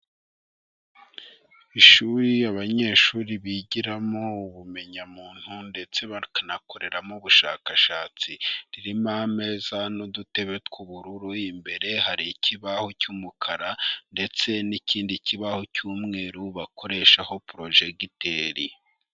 Ishuri abanyeshuri bigiramo ubumenyamuntu ndetse bakanakoreramo ubushakashatsi. Ririmo ameza n'udutebe tw'ubururu, imbere hari ikibaho cy'umukara ndetse n'ikindi kibaho cy'umweru, bakoreshaho porojegiteri.